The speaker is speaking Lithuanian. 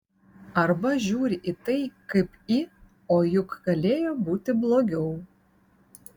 arba žiūri į tai kaip į o juk galėjo būti blogiau